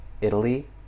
Italy